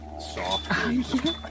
softly